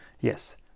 Yes